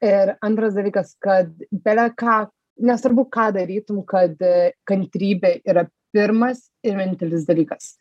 ir antras dalykas kad beleką nesvarbu ką darytum kad kantrybė yra pirmas ir vienintelis dalykas